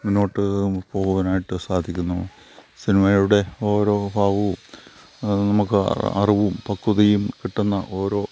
മുന്നോട്ടു പോവാനായിട്ട് സാധിക്കുന്നു സിനിമയുടെ ഓരോ ഭാവവും നമുക്ക് അറിവും പക്വതയും കിട്ടുന്ന ഓരോ